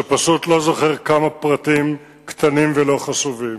שפשוט לא זוכר כמה פרטים קטנים ולא חשובים.